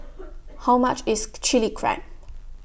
How much IS Chili Crab